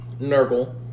Nurgle